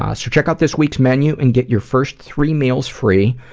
ah so check out this week's menu and get your first three meals free,